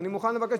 אנחנו מודים